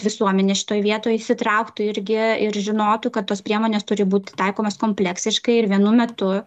visuomenė šitoj vietoj įsitrauktų irgi ir žinotų kad tos priemonės turi būti taikomos kompleksiškai ir vienu metu